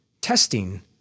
Testing